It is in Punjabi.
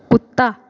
ਕੁੱਤਾ